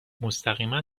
مستقیما